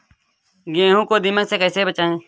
गेहूँ को दीमक से कैसे बचाएँ?